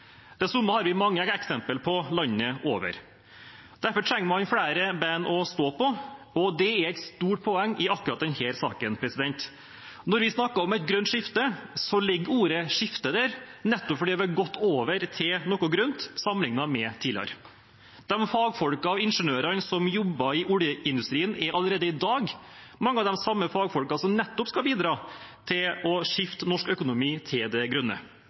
Det samme har vi mange eksempel på landet over. Derfor trenger man flere bein å stå på, og det er et stort poeng i akkurat denne saken. Når vi snakker om et grønt skifte, ligger ordet «skifte» der nettopp fordi vi har gått over til noe grønt sammenlignet med tidligere. De fagfolkene og ingeniørene som jobber i oljeindustrien, er allerede i dag mange av de samme fagfolkene som nettopp skal bidra til å skifte norsk økonomi til det grønne.